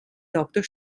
doktor